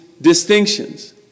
distinctions